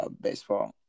baseball